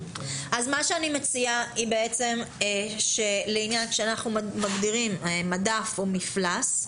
אני מציעה שכאשר אנחנו מגדירים מדף או מפלס,